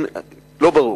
לא ברור.